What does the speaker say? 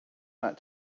that